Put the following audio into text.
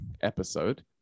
Episode